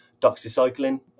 doxycycline